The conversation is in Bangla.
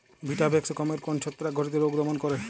ভিটাভেক্স গমের কোন ছত্রাক ঘটিত রোগ দমন করে?